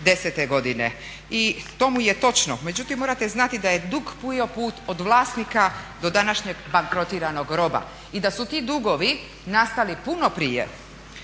2010. godine. I tomu je točno. Međutim, morate znati da je dug …/Govornik se ne razumije./… put od vlasnika do današnjeg bankrotiranog roba. I da su ti dugovi nastali puno prije.